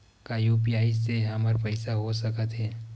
का यू.पी.आई से हमर पईसा हो सकत हे?